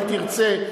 אם תרצה,